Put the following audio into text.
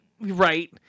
Right